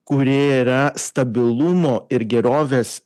kuri yra stabilumo ir gerovės